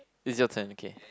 it's your turn okay